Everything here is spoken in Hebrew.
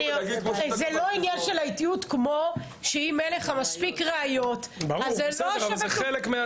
זה לא עניין של איטיות כמו שאם אין לך מספיק ראיות אז זה לא שווה כלום.